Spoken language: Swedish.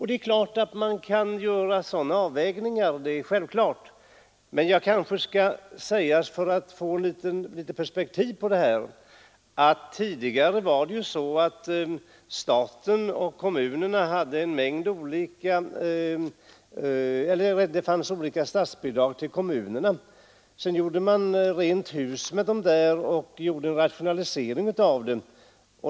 Det är självklart att man kan göra sådana avvägningar, men för att få litet perspektiv på detta kan jag säga att det tidigare fanns olika statsbidrag till kommunerna. Så gjorde man rent hus med dessa och rationaliserade.